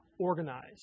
organized